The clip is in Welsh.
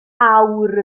awr